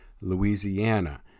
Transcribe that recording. Louisiana